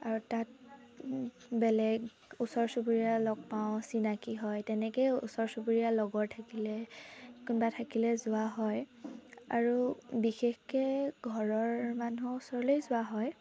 আৰু তাত বেলেগ ওচৰ চুবুৰীয়াৰ লগ পাওঁ চিনাকী হয় তেনেকেই ওচৰ চুবুৰীয়া লগৰ থাকিলে কোনবা থাকিলে যোৱা হয় আৰু বিশেষকৈ ঘৰৰ মানুহ ওচৰলৈ যোৱা হয়